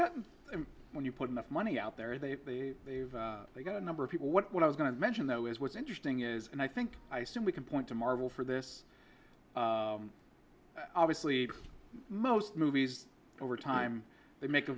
gotten and when you put enough money out there they've they've they've got a number of people what i was going to mention though is what's interesting is and i think i assume we can point to marvel for this obviously most movies over time they make a